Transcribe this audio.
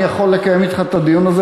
אני יכול לקיים את אתך את הדיון הזה